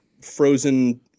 frozen